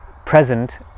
present